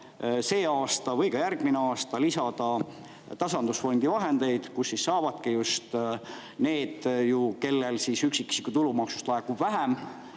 see aasta või ka järgmine aasta lisada tasandusfondi vahendeid, kust siis need, kellele üksikisiku tulumaksust laekub vähem,